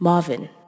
Marvin